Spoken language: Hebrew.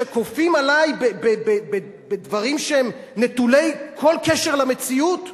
שכופים עלי בדברים שהם נטולי כל קשר למציאות,